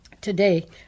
today